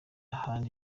ahandi